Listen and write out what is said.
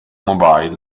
mobile